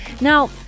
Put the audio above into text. Now